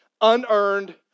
unearned